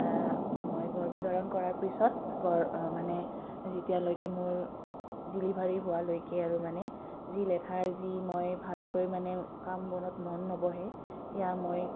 মই গৰ্ভধাৰণ কৰাৰ পিছত মানে যেতিয়ালৈকে মোৰ ডেলিভাৰী হোৱালৈকে আৰু মানে যি লেথাৰ যি মই ভালকৈ মানে কাম বনত মন নবহে সেয়া মই